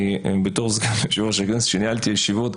בתור סגן יושב-ראש הכנסת שניהלתי ישיבות,